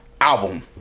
album